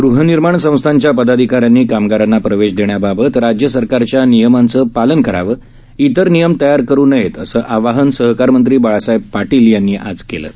गहनिर्माण संस्थांच्या पदाधिकाऱ्यानी कामगारांना प्रवेश देण्याबाबत राज्य सरकारच्या नियमांचं पालन करावंइतर नियम तयार करु नयेत असं आवाहन सहकार मंत्री बाळासाहेब पाटील यांनी आज केलं आहे